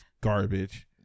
garbage